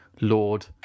Lord